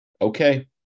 Okay